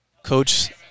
Coach